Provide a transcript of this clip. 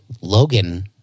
Logan